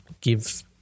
give